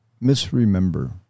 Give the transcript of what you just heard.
misremember